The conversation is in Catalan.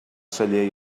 celler